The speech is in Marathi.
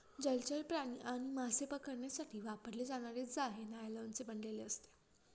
जलचर प्राणी आणि मासे पकडण्यासाठी वापरले जाणारे जाळे नायलॉनचे बनलेले असते